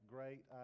Great